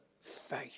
faith